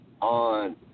on